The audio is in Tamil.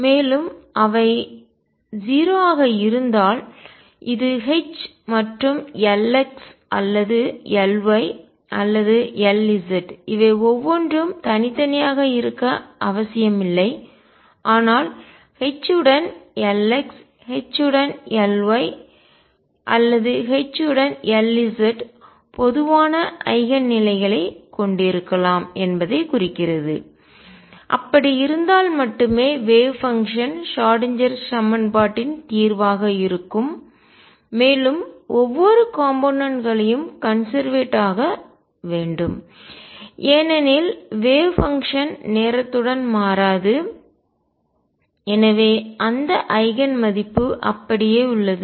மேலும் அவை 0 ஆக இருந்தால் இது H மற்றும் Lx அல்லது Ly அல்லது Lz இவை ஒவ்வொன்றும் தனி தனியாக இருக்க அவசியமில்லை ஆனால் H உடன் Lx H உடன் Ly அல்லது H உடன் Lz பொதுவான ஐகன் நிலைகளைக் கொண்டிருக்கலாம் என்பதைக் குறிக்கிறது அப்படி இருந்தால் மட்டுமே வேவ் பங்ஷன் அலை செயல்பாடு ஷ்ராடின்ஜெர் சமன்பாட்டின் தீர்வாக இருக்கும் மேலும் ஒவ்வொரு காம்போனென்ட் களையும் கன்செர்வேட் ஆக வேண்டும் ஏனெனில் வேவ் பங்ஷன் அலை செயல்பாடு நேரத்துடன் மாறாது எனவே அந்த ஐகன் மதிப்பு அப்படியே உள்ளது